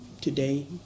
today